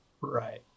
Right